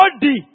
body